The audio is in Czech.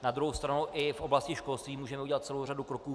Na druhou stranu i v oblasti školství můžeme udělat celou řadu kroků.